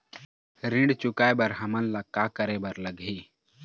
ऋण चुकाए बर हमन ला का करे बर लगही?